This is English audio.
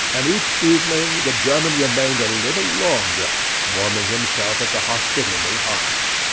and each evening the german remained a little longer warming himself at the hospitable hearth.